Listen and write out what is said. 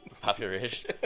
Popular-ish